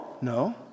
No